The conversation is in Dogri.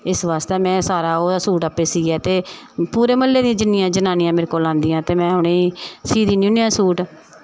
इस बास्तै में सारा ओह् सूट आपें सीइयै ते पूरे म्हल्लै दियां जिन्नियां जनानियां मेरे कोल आंदियां ते में उ'नें गी सीह् दिन्नी होनियां सूट